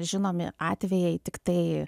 žinomi atvejai tiktai